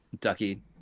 ducky